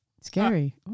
Scary